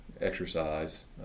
exercise